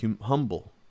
humble